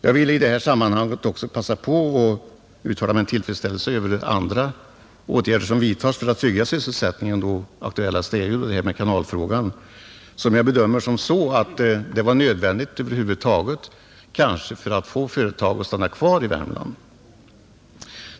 Jag vill i det här sammanhanget också uttala min tillfredsställelse över de andra åtgärder som vidtas för att trygga sysselsättningen. Aktuellast är ju åtgärderna i kanalfrågan, som jag anser kanske vara nödvändiga för att över huvud taget få företag att stanna kvar i Värmland.